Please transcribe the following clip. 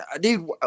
dude